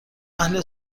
اهل